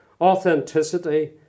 Authenticity